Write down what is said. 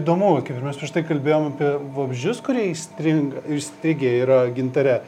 įdomu kaip ir mes prieš tai kalbėjom apie vabzdžius kurie įstringa įstrigę yra gintare